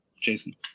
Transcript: Jason